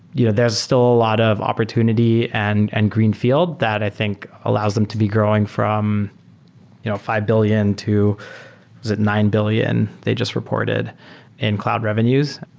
you know there are still a lot of opportunity and and greenfield that i think allows them to be growing from you know five billion to was it nine billion they just reported in cloud revenues?